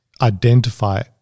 identify